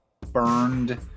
burned